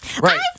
Right